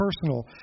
personal